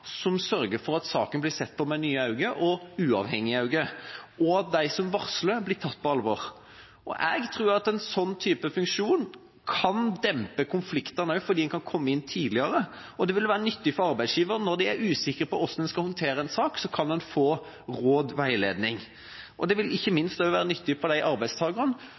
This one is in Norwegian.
som sørger for at saken blir sett på med nye øyne, uavhengige øyne, og at de som varsler, blir tatt på alvor. Jeg tror at en sånn type funksjon også kan dempe konfliktene, fordi en kan komme inn tidligere, og det vil være nyttig for arbeidsgivere. Når de er usikre på hvordan en skal håndtere en sak, kan de få råd og veiledning. Det vil ikke minst også være nyttig for de arbeidstakerne